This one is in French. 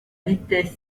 vitesse